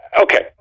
Okay